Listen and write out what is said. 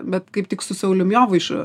bet kaip tik su saulium jovaišu